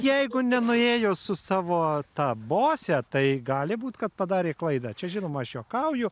jeigu nenuėjo su savo ta bose tai gali būt kad padarė klaidą čia žinoma aš juokauju